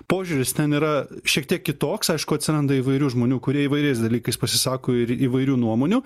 požiūris ten yra šiek tiek kitoks aišku atsiranda įvairių žmonių kurie įvairiais dalykais pasisako ir įvairių nuomonių